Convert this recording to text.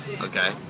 Okay